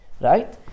right